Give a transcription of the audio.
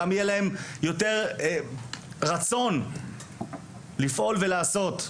יהיה להם יותר רצון לפעול ולעשות.